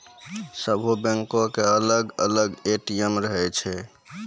सभ्भे बैंको के अलग अलग ए.टी.एम रहै छै